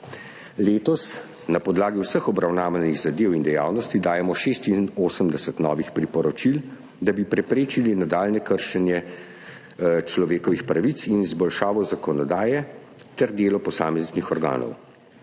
Letos na podlagi vseh obravnavanih zadev in dejavnosti dajemo 86 novih priporočil, da bi preprečili nadaljnje kršenje človekovih pravic in za izboljšavo zakonodaje ter delo posameznih organov.